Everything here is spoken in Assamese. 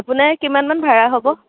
আপোনাৰ কিমানমান ভাড়া হ'ব